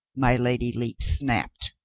my lady lepe snapped.